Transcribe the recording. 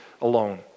alone